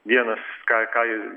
vienas ką ką